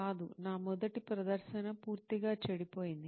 కాదు నా మొదటి ప్రదర్శనపూర్తిగా చెడిపోయింది